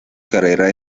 carrera